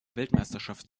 weltmeisterschaft